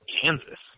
Kansas